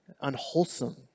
unwholesome